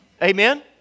Amen